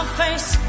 face